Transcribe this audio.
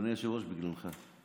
אדוני היושב-ראש, בגללך.